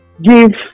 give